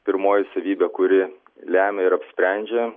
pirmoji savybė kuri lemia ir apsprendžia